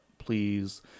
Please